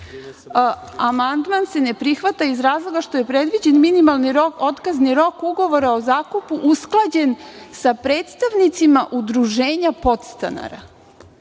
amandman se ne prihvata iz razloga što je predviđen minimalni rok, otkazni rok ugovora o zakupu usklađen sa predstavnicima udruženja podstanara.